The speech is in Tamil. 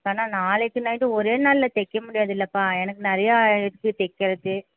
கண்ணா நாளைக்கு நைட்டு ஒரே நாளில் தைக்க முடியாது இல்லைப்பா எனக்கு நிறையா இருக்குது தைக்கறக்கு